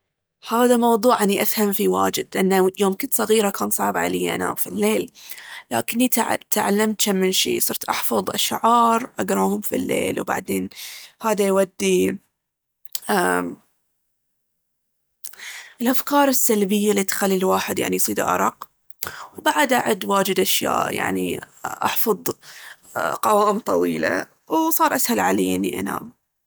هذا موضوع أني أفهم فيه واجد. لأني يوم كنت صغيرة كان صعب عليي انام في الليل. لكني تعلمت جم من شي صرت احفظ اشعار اقراهم في الليل وبعدين هذا يودي أمم الأفكار السلبية اللي تخلي الواحد يعني يصيده أرق. وبعد أعد واجد أشياء يعني احفظ قوائم طويلة وصار أسهل عليي اني انام.